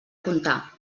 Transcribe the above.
contar